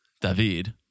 David